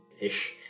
ish